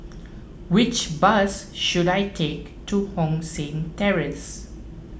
which bus should I take to Hong San Terrace